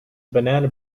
banana